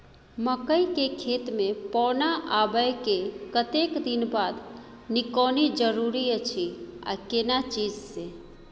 मकई के खेत मे पौना आबय के कतेक दिन बाद निकौनी जरूरी अछि आ केना चीज से?